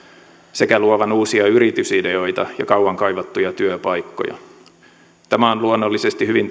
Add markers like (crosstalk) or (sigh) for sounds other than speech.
sekä luovan uusia yritysideoita ja kauan kaivattuja työpaikkoja tämä on luonnollisesti hyvin (unintelligible)